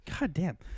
Goddamn